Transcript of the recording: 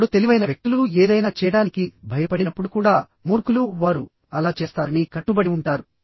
ఇప్పుడు తెలివైన వ్యక్తులు ఏదైనా చేయడానికి భయపడినప్పుడు కూడా మూర్ఖులు వారు అలా చేస్తారని కట్టుబడి ఉంటారు